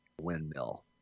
Windmill